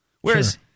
Whereas